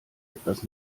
etwas